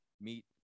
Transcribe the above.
meet